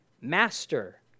master